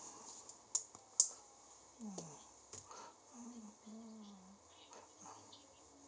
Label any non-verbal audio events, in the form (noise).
(noise) (breath)